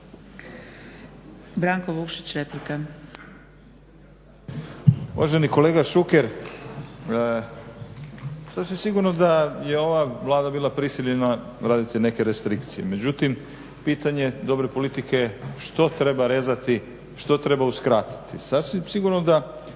Branko Vukšić replika.